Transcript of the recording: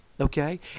Okay